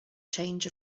change